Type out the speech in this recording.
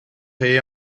créées